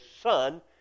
son